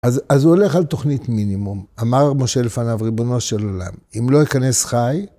אז הוא הולך על תוכנית מינימום, אמר משה לפניו, ריבונו של עולם, אם לא יכנס חי,